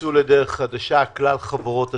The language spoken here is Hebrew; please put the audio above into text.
שתצאו לדרך חדשה, כלל חברות התעופה.